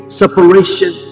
separation